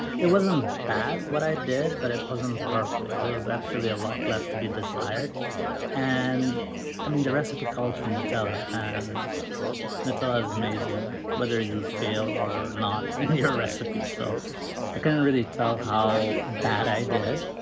it wasn't bad what i did, but it wasn't perfect there was actually a lot left to be desired and i mean the recipe called for nutella and nutella is amazing whether you fail or not in your recipe so i couldn't really tell how bad i did